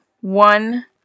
one